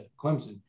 Clemson